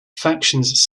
factions